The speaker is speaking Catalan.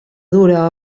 dura